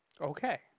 Okay